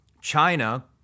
China